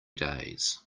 days